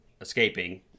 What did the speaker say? escaping